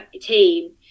team